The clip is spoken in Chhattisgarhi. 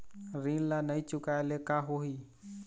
ऋण ला नई चुकाए ले का होही?